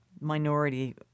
minority